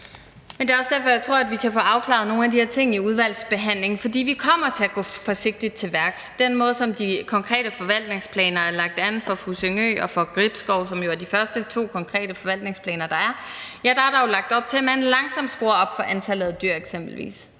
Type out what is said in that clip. Det er også derfor, jeg tror, at vi kan få afklaret nogle af de her ting i udvalgsbehandlingen, for vi kommer til at gå forsigtigt til værks. Med den måde, som de konkrete forvaltningsplaner er lagt an på for Fussingø og for Gribskov, som jo er de første to konkrete forvaltningsplaner, der er, er der jo lagt op til, at man langsomt skruer op for antallet af dyr eksempelvis.